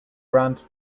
grant